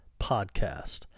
Podcast